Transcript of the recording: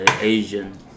Asian